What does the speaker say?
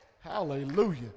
Hallelujah